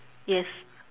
yes